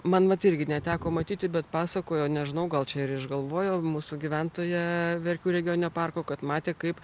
man vat irgi neteko matyti bet pasakojo nežinau gal čia ir išgalvojo mūsų gyventoja verkių regioninio parko kad matė kaip